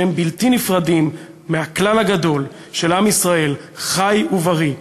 שהם בלתי נפרדים מהכלל הגדול של עם ישראל חי ובריא,